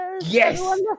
Yes